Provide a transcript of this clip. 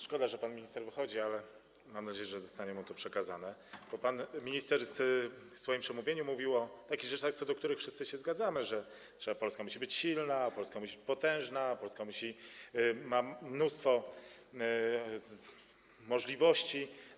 Szkoda, że pan minister wychodzi, ale mam nadzieję, że zostanie mu to przekazane, bo pan minister w swoim przemówieniu mówił o takich rzeczach, co do których wszyscy się zgadzamy: że Polska musi być silna, Polska musi być potężna, Polska ma mnóstwo możliwości.